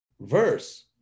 verse